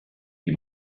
die